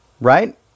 right